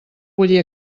bullir